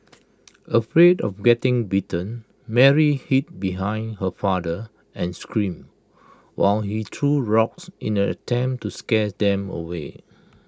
afraid of getting bitten Mary hid behind her father and screamed while he threw rocks in an attempt to scare them away